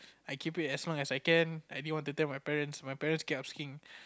I keep it as long as I can I didn't want to tell my parents my parents kept asking